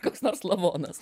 koks nors lavonas